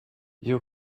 you